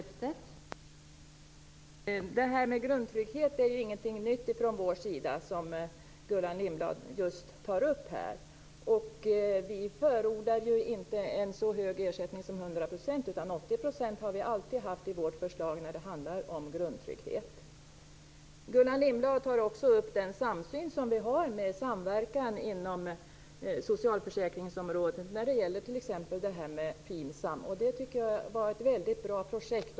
Fru talman! Detta med grundtrygghet är ingenting nytt från vår sida, som Gullan Lindblad just tar upp. Vi förordar inte en så hög ersättning som 100 %, utan vi har alltid haft 80 % i vårt förslag när det handlar om grundtrygghet. Gullan Lindblad tar också upp den samsyn vi har med samverkan inom socialförsäkringsområdet när det gäller t.ex. FINSAM. Jag tycker att det var ett väldigt bra projekt.